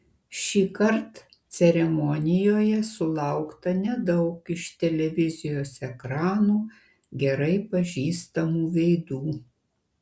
šįkart ceremonijoje sulaukta nedaug iš televizijos ekranų gerai pažįstamų veidų